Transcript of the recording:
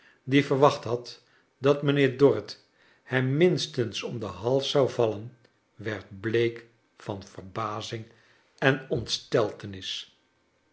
die verwacht had dat mijnheer dorrit hem minstens om den hals zou vallen werd bleek van yerbazing en ontsteltenis